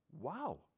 wow